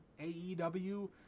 AEW